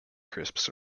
crisps